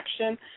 action